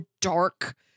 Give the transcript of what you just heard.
dark